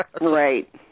Right